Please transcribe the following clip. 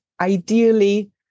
Ideally